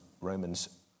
Romans